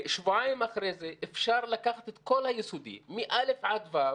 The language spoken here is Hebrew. שבועיים אחרי זה אפשר לקחת את כל היסודי מא' עד ו',